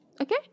Okay